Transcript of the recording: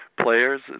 players